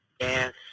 Yes